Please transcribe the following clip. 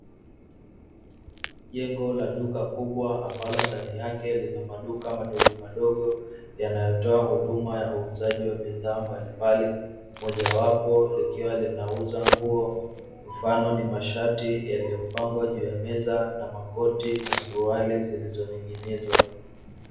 Jengo la duka kubwa ambalo ndani yake kuna maduka madogo madogo yanayotoa huduma ya uuzaji wa bidhaa mbalimbali, mojawapo likiwa linauza nguo mfano ni mashati yaliyo pangwa juu ya meza, na makoti na suruali zilizo ning'inizwa.